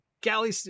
Galley